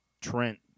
Trent